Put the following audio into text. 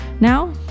Now